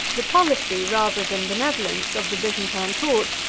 the policy, rather than benevolence, of the byzantine court,